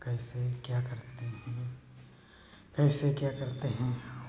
कैसे क्या करते हैं कैसे क्या करते हैं